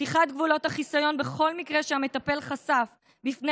פתיחת גבולות החיסיון בכל מקרה שהמטפל חשף בפני